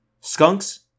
Skunks